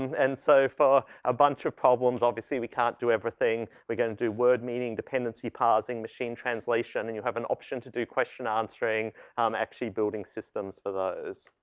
and so for a bunch of problems, obviously we can't do everything, we're gonna do word meaning, dependency parsing, machine translation and you have an option to do question answering, i'm actually building systems for those.